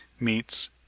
meets